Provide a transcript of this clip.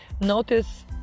notice